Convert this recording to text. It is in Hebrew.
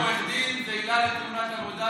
אני יכול להגיד לך בתור עורך דין שזה נראה לי תאונת עבודה.